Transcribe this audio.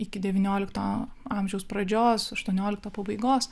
iki devyniolikto amžiaus pradžios aštuoniolikto pabaigos